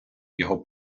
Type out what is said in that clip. його